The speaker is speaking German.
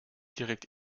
direkt